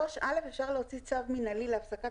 3(א) אפשר להוציא צו מינהלי להפסקת